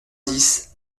dix